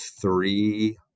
three